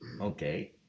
Okay